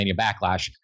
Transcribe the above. Backlash